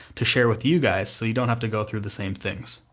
to share with you guys, so you don't have to go through the same things.